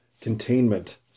containment